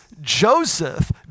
Joseph